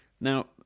Now